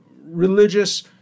religious